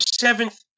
seventh